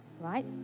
right